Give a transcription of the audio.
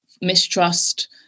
mistrust